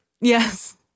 Yes